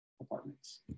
apartments